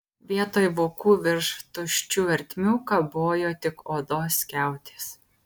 vietoj vokų virš tuščių ertmių kabojo tik odos skiautės